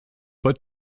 but